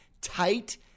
tight